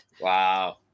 Wow